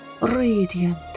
radiant